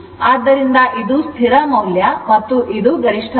ಆದ್ದರಿಂದ ಇದು ಸ್ಥಿರ ಮೌಲ್ಯ ಮತ್ತು ಇದು ಗರಿಷ್ಠ ಮೌಲ್ಯ